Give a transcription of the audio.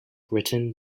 written